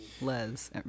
Les